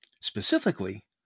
Specifically